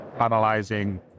analyzing